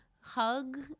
hug